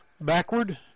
backward